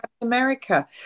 America